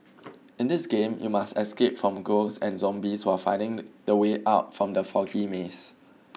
in this game you must escape from ghosts and zombies while finding the way out from the foggy maze